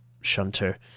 shunter